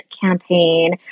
campaign